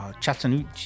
Chattanooga